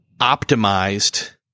optimized